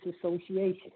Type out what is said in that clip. association